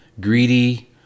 greedy